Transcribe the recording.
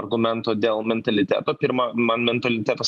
argumento dėl mentaliteto pirma man mentaliteto